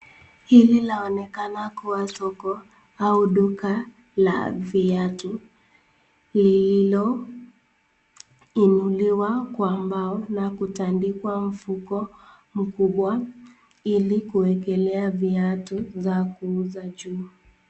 Hili laonekana kuwa soko au duka la viatu lililoinuliwa kwa mbao na kutandikwa mfuko mkubwa ili kuwekelea viatu za kuuza juu.